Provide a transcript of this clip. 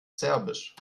serbisch